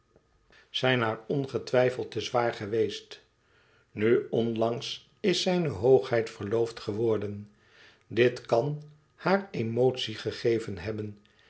zijn haar ongetwijfeld te zwaar geweest nu onlangs is zijne hoogheid verloofd geworden dit kan haar emotie gegeven hebben